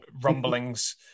rumblings